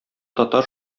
татар